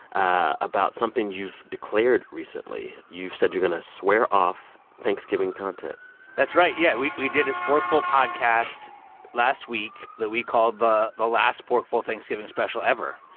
about something you've declared recently. you've said you're going to swear off thanksgiving content that's right. yeah, we we did a sporkful podcast last week that we called the the last sporkful thanksgiving special ever.